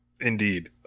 Indeed